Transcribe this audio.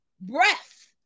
breath